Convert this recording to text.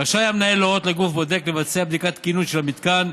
רשאי המנהל להורות לגוף בודק לבצע בדיקת תקינות של המתקן,